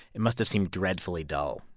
it must have seemed dreadfully dull.